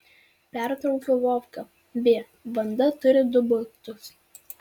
pertraukiau vovką beje vanda turi du butus